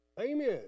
Amen